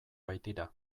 baitira